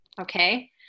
Okay